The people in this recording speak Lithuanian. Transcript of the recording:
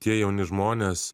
tie jauni žmonės